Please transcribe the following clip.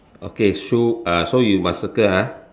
okay shoe uh so you must circle ah